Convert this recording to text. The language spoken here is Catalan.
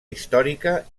històrica